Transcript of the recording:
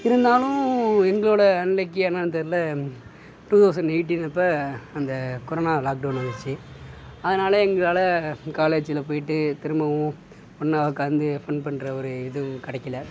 இருந்தாலும் எங்களோட அன்னைக்கு என்னான்னு தெரியல டூ தௌசண்ட் எயிட்டினப்போ அந்த கொரோனா லாக் டௌன் வந்துச்சு அதனால் எங்களால் காலேஜில் போயிவிட்டு திரும்பவும் ஒன்னாக உக்காந்து ஃபன் பண்ணுற ஒரு இதுவு கிடைக்கில